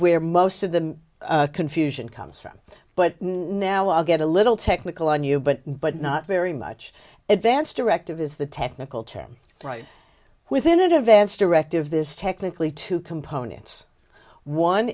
where most of the confusion comes from but no i'll get a little technical on you but but not very much advanced directive is the technical term right within advanced directive this is technically two components one